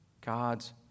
God's